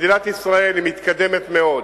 מדינת ישראל היא מתקדמת מאוד.